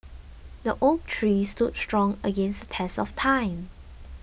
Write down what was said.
the oak tree stood strong against the test of time